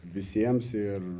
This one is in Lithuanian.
visiems ir